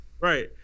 Right